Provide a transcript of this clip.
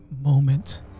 moment